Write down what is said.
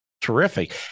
terrific